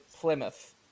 plymouth